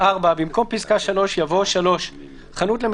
עדיין לוקח שלושה שבועות עד לחיסון השני ואז עוד שבוע עד